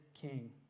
king